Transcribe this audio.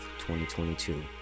2022